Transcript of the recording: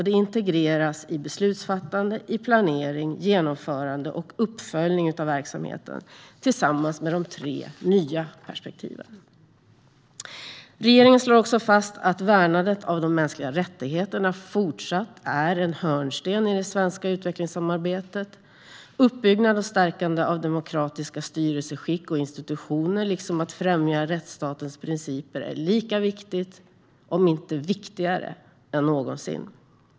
De integreras i beslutsfattande, planering, genomförande och uppföljning av verksamheten tillsammans med de tre nya perspektiven. Regeringen slår också fast att värnandet av de mänskliga rättigheterna även i fortsättningen är en hörnsten i det svenska utvecklingssamarbetet. Uppbyggnad och stärkande av demokratiska styrelseskick och institutioner liksom att främja rättsstatens principer är lika viktigt om inte viktigare än någonsin.